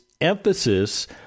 emphasis